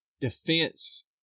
defense